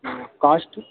cost